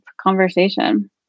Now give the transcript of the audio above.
conversation